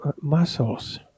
muscles